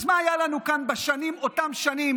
אז מה היה לנו כאן באותן שנים?